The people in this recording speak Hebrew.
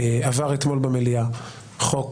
אתמול עבר במליאה חוק